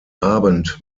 abend